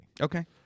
Okay